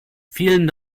vielen